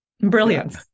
brilliant